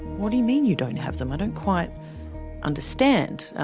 what do you mean you don't have them? i don't quite understand'.